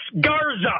Garza